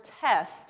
test